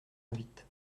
invite